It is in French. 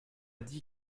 dit